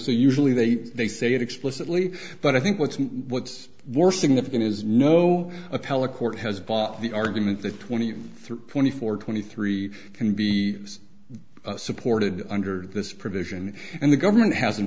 so usually they they say it explicitly but i think what's what's more significant is no appellate court has bought the argument that twenty three twenty four twenty three can be supported under this provision and the government has